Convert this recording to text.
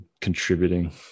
contributing